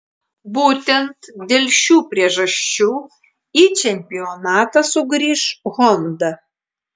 būtent dėl šių priežasčių į čempionatą sugrįš honda